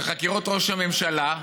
של חקירות ראש הממשלה.